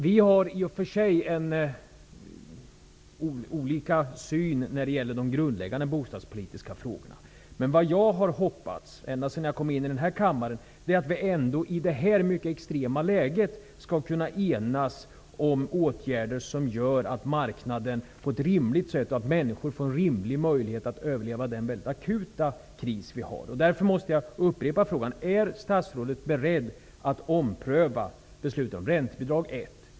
Vi har i och för sig olika syn på de grundläggande bostadspolitiska frågorna, men jag har ända sedan jag kom in i denna kammare ändå hoppats att vi i detta mycket extrema läge skall kunna enas om åtgärder som gör att människor får en rimlig möjlighet att genomleva den mycket akuta kris som vi har. Jag vill därför upprepa mina frågor: 1. Är statsrådet beredd att ompröva beslutet om räntebidragen?